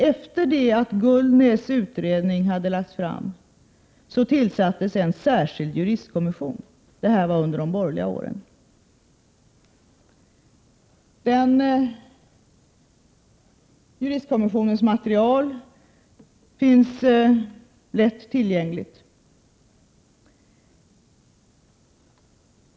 Efter det att Gullnäs utredning hade lagts fram tillsattes en särskild juristkommission — det här skedde under de borgerliga åren — och den juristkommissionens material finns lätt tillgängligt.